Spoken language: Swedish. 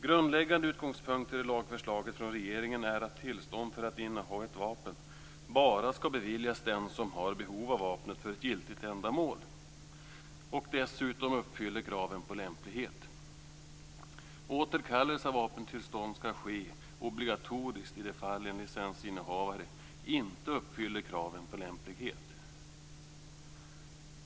Grundläggande utgångspunkter i lagförslaget från regeringen är att tillstånd för att inneha ett vapen bara ska beviljas den som har behov av vapnet för ett giltigt ändamål och som dessutom uppfyller kraven på lämplighet. Återkallelse av vapentillstånd ska ske obligatoriskt i de fall en licensinnehavare inte uppfyller kraven på lämplighet.